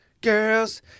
Girls